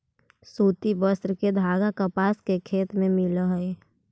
सूति वस्त्र के धागा कपास के खेत से मिलऽ हई